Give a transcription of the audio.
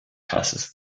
passes